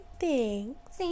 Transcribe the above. thanks